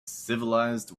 civilized